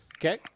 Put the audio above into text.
Okay